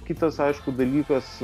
kitas aišku dalykas